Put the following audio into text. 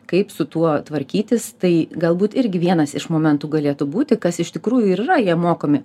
kaip su tuo tvarkytis tai galbūt irgi vienas iš momentų galėtų būti kas iš tikrųjų ir yra jie mokomi